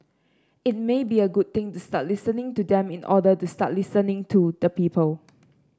it may be a good thing to start listening to them in order to start listening to the people